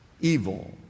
evil